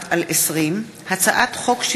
פ/1241/20 וכלה בהצעת חוק פ/1381/20,